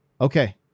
okay